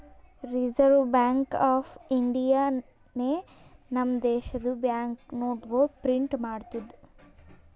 reserve bank of ಇಂಡಿಯಾನೆ ನಮ್ ದೇಶದು ಬ್ಯಾಂಕ್ ನೋಟ್ಗೊಳ್ ಪ್ರಿಂಟ್ ಮಾಡ್ತುದ್